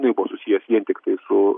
nebūtinai buvo susijęs vien tiktai su